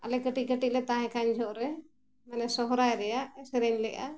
ᱟᱞᱮ ᱠᱟᱹᱴᱤᱡ ᱠᱟᱹᱴᱤᱡ ᱞᱮ ᱛᱟᱦᱮᱸ ᱠᱟᱱ ᱡᱷᱚᱦᱚᱜ ᱨᱮ ᱢᱟᱱᱮ ᱥᱚᱦᱨᱟᱭ ᱨᱮᱭᱟᱜ ᱮ ᱥᱮᱨᱮᱧ ᱞᱮᱜᱼᱟ